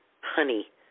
honey